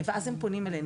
ואז הם פונים אלינו.